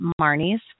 Marnie's